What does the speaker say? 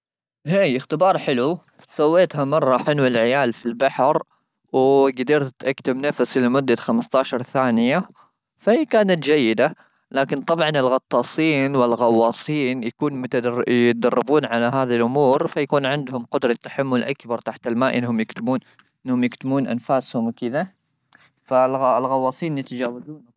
هاي اختبار حلو سويتها مره حلوه العيال في البحر ,وقدرت اكتب نفسي لمده خمسه عشر ثانيه ,فان كانت جيده لكن طبعا الغطاسين والغواصين يكون متدربين على هذه الامور ,فيكون عندهم قدره تحمل اكبر تحت الماء انهم يكتبون انهم يكتبون انفاسهم وكذا الغواصين يتجاوزون وطبعا في هذا الامر هم افضل من.